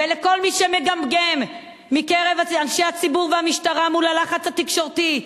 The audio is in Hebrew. ולכל מי שמגמגם מקרב אנשי הציבור והמשטרה מול הלחץ התקשורתי,